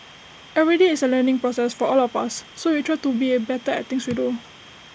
every day is A learning process for all of us so we try to be A better at things we do